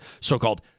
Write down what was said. so-called